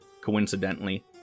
coincidentally